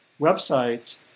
website